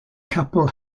couple